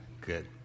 Good